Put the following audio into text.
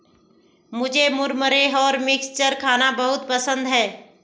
मुझे मुरमुरे और मिक्सचर खाना बहुत पसंद है